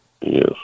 yes